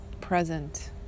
present